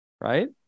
right